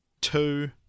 two